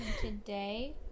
Today